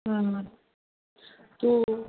हां तू